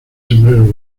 sombrero